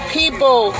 people